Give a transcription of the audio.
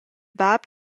bab